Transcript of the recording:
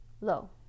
Low